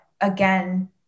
again